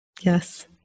Yes